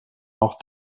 auch